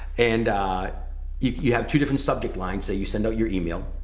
and you have two different subject lines. so you send out your email,